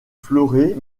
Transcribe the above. fleuret